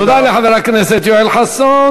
תודה לחבר הכנסת יואל חסון.